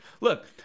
Look